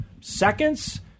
seconds